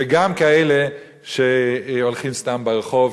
וגם כאלה שהולכים סתם ברחוב,